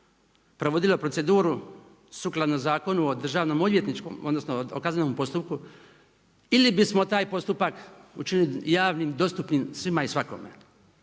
provodilo proceduru sukladno Zakonu o državnoodvjetničkom, odnosno o kaznenom postupku ili bismo taj postupak učinili javnim, dostupnim svima i svakome.